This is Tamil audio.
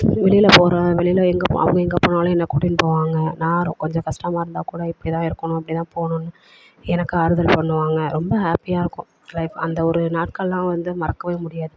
வெளியில் போகிறேன் வெளியில் எங்கே அவங்க எங்கே போனாலும் என்னை கூட்டின்னு போவாங்க நான் ரொ கொஞ்சம் கஷ்டமா இருந்தாக் கூட இப்படி தான் இருக்கணும் அப்படி தான் போகணும்னு எனக்கு ஆறுதல் சொல்வாங்க ரொம்ப ஹேப்பியாக இருக்கும் லைஃப் அந்த ஒரு நாட்கள்லாம் வந்து மறக்கவே முடியாது